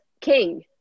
king